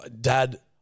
dad